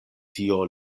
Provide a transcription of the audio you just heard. tio